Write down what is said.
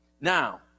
Now